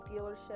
dealership